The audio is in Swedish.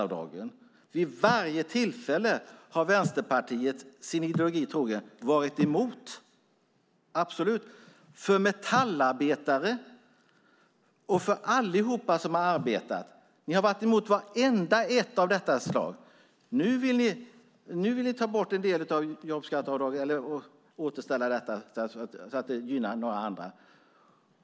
Vid varje tillfälle har Vänsterpartiet, sin ideologi trogen, varit emot jobbskatteavdragen för alla metallarbetare och alla andra som arbetat. De har varit emot vartenda ett av dem. Nu vill de ta bort en del av jobbskatteavdragen, eller återställa så att det gynnar några andra.